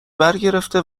برگرفته